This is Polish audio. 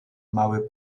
mały